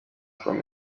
from